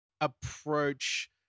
approach